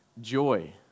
joy